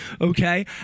okay